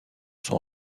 son